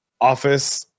Office